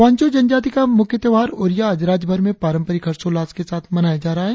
वांचो जनजाति का मुख्य त्यौहार ओरिया आज राज्य भर में पारंपरिक हर्षोल्लास के साथ मनाया जा रहा है